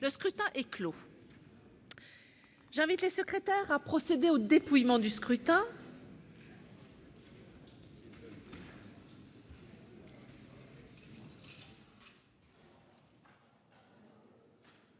Le scrutin est clos. J'invite Mmes et MM. les secrétaires à procéder au dépouillement du scrutin.